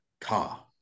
car